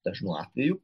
dažnu atveju